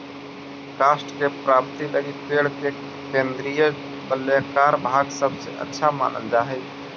काष्ठ के प्राप्ति लगी पेड़ के केन्द्रीय वलयाकार भाग सबसे अच्छा मानल जा हई